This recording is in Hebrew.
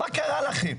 מה קרה לכם?